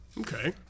Okay